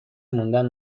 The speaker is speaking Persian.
موندن